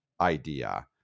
idea